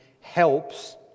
helps